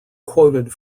quoted